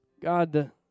God